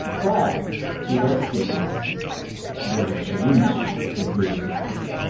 but do those statements really change these bigger systems?